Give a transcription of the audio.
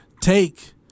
take